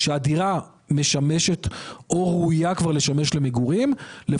מה שהם באים ואומרים, אם אני מבין נכון, זה כזה